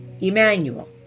Emmanuel